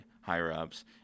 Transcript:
higher-ups